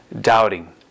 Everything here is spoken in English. doubting